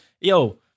Yo